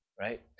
Right